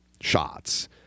shots